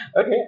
Okay